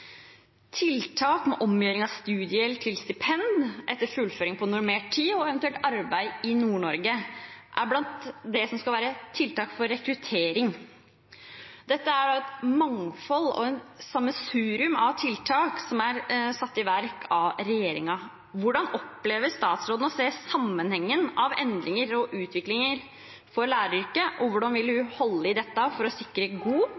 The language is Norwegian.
tiltak med omgjøring av studiegjeld til stipend etter fullføring på normert tid og eventuelt arbeid i Nord-Norge, er blant det som skal være tiltak for rekruttering. Dette er et mangfold og sammensurium av tiltak som er satt i verk av regjeringen. Hvordan opplever statsråden å se sammenhengen av endringer og utvikling for læreryrket? Og hvordan vil hun holde i dette for å sikre god